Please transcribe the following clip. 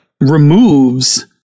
removes